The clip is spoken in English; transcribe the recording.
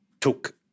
took